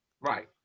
right